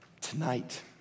tonight